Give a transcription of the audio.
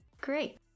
Great